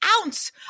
ounce